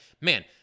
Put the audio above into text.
man